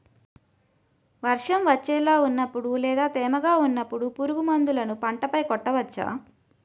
వర్షం వచ్చేలా వున్నపుడు లేదా తేమగా వున్నపుడు పురుగు మందులను పంట పై కొట్టవచ్చ?